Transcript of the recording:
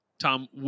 Tom